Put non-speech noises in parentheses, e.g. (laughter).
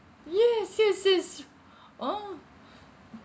yes yes yes (breath) orh